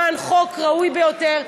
למען חוק ראוי ביותר,